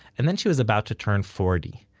and then she was about to turn forty,